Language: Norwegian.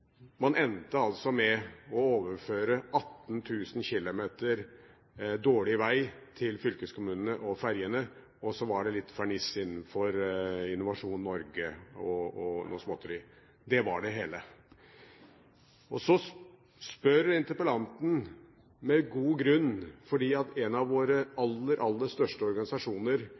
Man endte med å overføre 18 000 km dårlig veg og ferjene til fylkeskommunene, og så var det litt ferniss innenfor Innovasjon Norge og noe småtteri – det var det hele. Fordi en av våre aller, aller største organisasjoner – jeg snakker da om NAF – har satt søkelyset på at